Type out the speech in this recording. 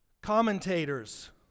Commentators